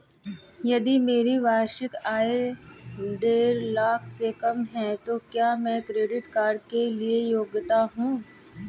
यदि मेरी वार्षिक आय देढ़ लाख से कम है तो क्या मैं क्रेडिट कार्ड के लिए योग्य हूँ?